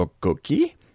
Cookie